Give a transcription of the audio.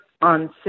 on